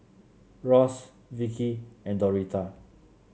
Ross Vicky and Doretha